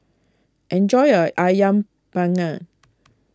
enjoy your Ayam Panggang